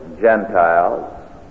Gentiles